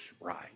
right